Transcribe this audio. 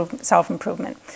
self-improvement